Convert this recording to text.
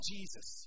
Jesus